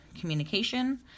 communication